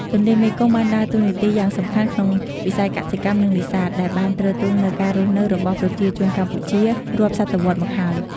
ទន្លេមេគង្គបានដើរតួនាទីយ៉ាងសំខាន់ក្នុងវិស័យកសិកម្ម និង នេសាទ ដែលបានទ្រទ្រង់នូវការរស់នៅរបស់ប្រជាជនកម្ពុជា រាប់សតវត្សរ៍មកហើយ។